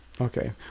okay